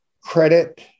credit